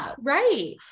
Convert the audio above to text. right